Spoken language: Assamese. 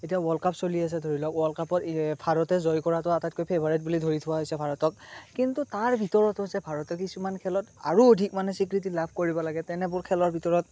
এতিয়া ৱৰ্ল্ড কাপ চলি আছে ধৰি লওক ৱৰ্ল্ড কাপত ভাৰতে জয় কৰাতো আটাইতকৈ ফেভাৰেট বুলি ধৰি থোৱা হৈছে ভাৰতক কিন্তু তাৰ ভিতৰতো যে ভাৰতে কিছুমান খেলত আৰু অধিক মানে স্বীকৃতি লাভ কৰিব লাগে তেনেবোৰ খেলৰ ভিতৰত